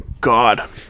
God